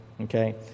Okay